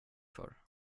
för